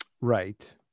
Right